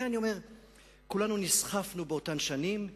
כולנו נסחפנו באותן שנים.